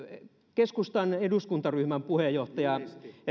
keskustan eduskuntaryhmän puheenjohtaja